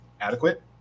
adequate